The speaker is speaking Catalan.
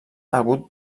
hagut